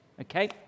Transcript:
okay